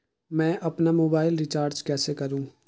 मैं अपना mobile recharge कैसे करूँ?